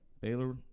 Baylor